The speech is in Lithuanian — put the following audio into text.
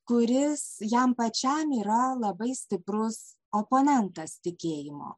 kuris jam pačiam yra labai stiprus oponentas tikėjimo